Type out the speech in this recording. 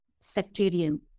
sectarian